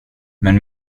men